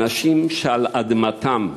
אנשים שעל אדמתם,